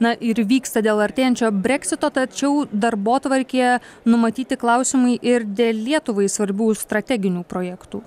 na ir vyksta dėl artėjančio breksito tačiau darbotvarkėje numatyti klausimai ir dėl lietuvai svarbių strateginių projektų